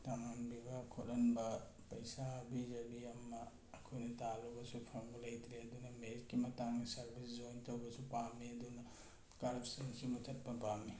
ꯇꯝꯍꯟꯕꯤꯕ ꯈꯣꯠꯍꯟꯕ ꯄꯩꯁꯥ ꯄꯤꯖꯕꯤ ꯑꯃ ꯑꯩꯈꯣꯏꯅ ꯇꯥꯜꯂꯨꯕꯁꯨ ꯐꯪꯕ ꯂꯩꯇ꯭ꯔꯦ ꯑꯗꯨꯅ ꯃꯦꯔꯤꯠꯀꯤ ꯃꯇꯥꯡꯗ ꯁꯔꯚꯤꯁ ꯖꯣꯏꯟ ꯇꯧꯕꯁꯨ ꯄꯥꯝꯃꯤ ꯑꯗꯨꯅ ꯀꯔꯞꯁꯟꯁꯤ ꯃꯨꯊꯠꯄ ꯄꯥꯝꯃꯤ